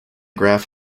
graph